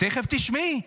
תכף תשמעי.